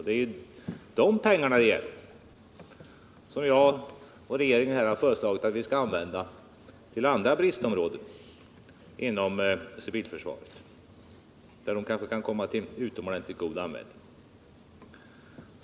Det är de pengarna det gäller, och jag och regeringen har föreslagit att de skall användas till andra bristområden inom civilförsvaret, där de kanske kan komma till utomordentligt god användning.